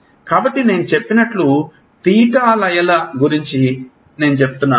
కాబట్టి నేను చెప్పినట్లు తీటా లయల గురించి చెప్పాను